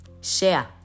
Share